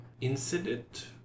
incident